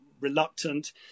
reluctant